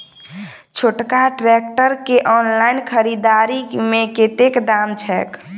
छोटका ट्रैक्टर केँ ऑनलाइन खरीददारी मे कतेक दाम छैक?